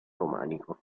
romanico